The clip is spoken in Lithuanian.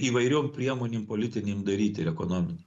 įvairiom priemonėm politinėm daryt ir ekonominėm